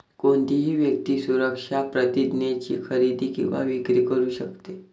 कोणतीही व्यक्ती सुरक्षा प्रतिज्ञेची खरेदी किंवा विक्री करू शकते